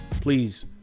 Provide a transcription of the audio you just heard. please